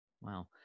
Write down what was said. Wow